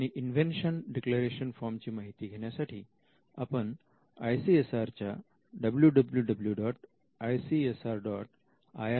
आणि invention declaration form ची माहिती घेण्यासाठी आपण आय सी एस आर च्या www